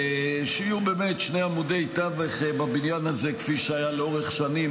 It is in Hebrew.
שיהיו באמת שני עמודי תווך בבניין הזה כפי שהיה לאורך שנים.